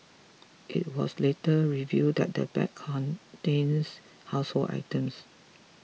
it was later revealed that the bag contained household items